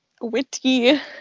Witty